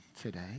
today